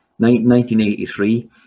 1983